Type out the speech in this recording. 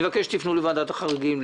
אני מבקש שתיפנו לוועדת החריגים,